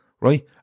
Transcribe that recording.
right